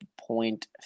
point